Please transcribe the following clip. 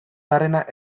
barrena